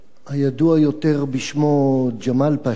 הידוע יותר בשמו ג'מאל פשה,